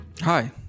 hi